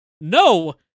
No